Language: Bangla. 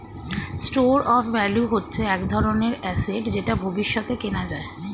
স্টোর অফ ভ্যালু হচ্ছে এক ধরনের অ্যাসেট যেটা ভবিষ্যতে কেনা যায়